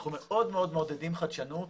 אנחנו מאוד מאוד מעודדים חדשנות.